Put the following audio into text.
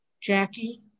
Jackie